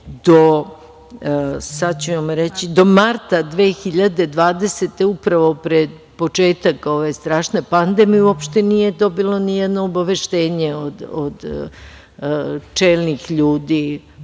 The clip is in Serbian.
od avgusta 2019. do marta 2020. godine, upravo pred početak ove strašne pandemije uopšte nije dobilo nijedno obaveštenje od čelnih ljudi